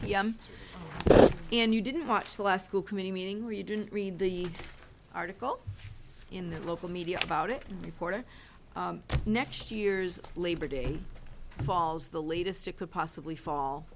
m and you didn't watch the last school committee meeting where you didn't read the article in the local media about it reporter next year's labor day falls the latest it could possibly fall